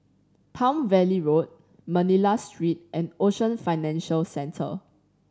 Palm Valley Road Manila Street and Ocean Financial Centre